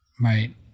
Right